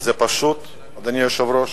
זו פשוט, אדוני היושב-ראש,